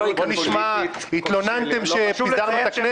התלוננתם שפיזרנו את הכנסת.